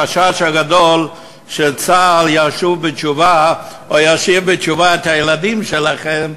החשש הגדול שצה"ל ישוב בתשובה או ישיב בתשובה את הילדים שלכם.